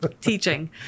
teaching